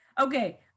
Okay